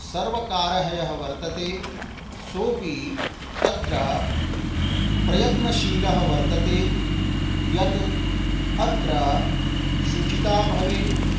सर्वकारः यः वर्तते सोऽपि तत्र प्रयत्नशीलः वर्तते यत् अत्र शुचिता भवेत्